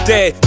Dead